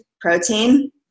protein